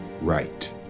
right